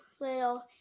little